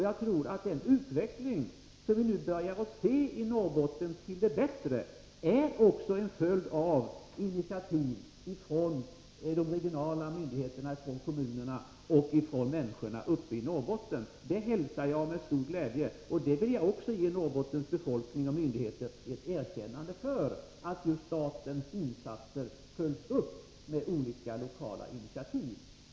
Jag tror att den utveckling till det bättre som vi nu börjar se i Norrbotten också är en följd av initiativ från kommunernas, de regionala myndigheternas och människornas sida där uppe. Detta hälsar jag med stor glädje. Jag vill också ge Norrbottens befolkning och myndigheter ett erkännande för att statens insatser följs upp med olika lokala initiativ.